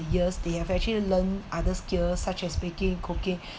years they have actually learn other skills such as baking cooking